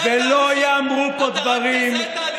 ולא ייאמרו פה דברים, אתה רק תזהה תהליכים.